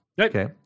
Okay